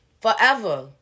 Forever